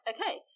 Okay